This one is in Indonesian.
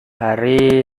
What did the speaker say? hari